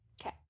Okay